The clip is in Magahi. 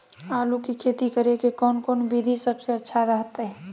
आलू की खेती करें के कौन कौन विधि सबसे अच्छा रहतय?